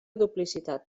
duplicitat